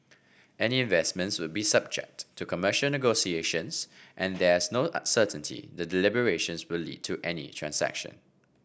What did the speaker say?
any investments would be subject to commercial negotiations and there's no certainty the deliberations will lead to any transaction